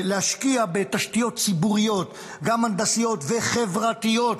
להשקיע בתשתיות ציבוריות, גם הנדסיות וחברתיות,